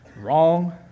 Wrong